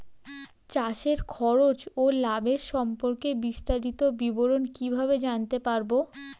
চাষে খরচ ও লাভের সম্পর্কে বিস্তারিত বিবরণ কিভাবে জানতে পারব?